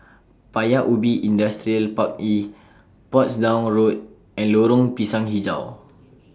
Paya Ubi Industrial Park E Portsdown Road and Lorong Pisang Hijau